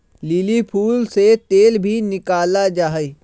lily फूल से तेल भी निकाला जाहई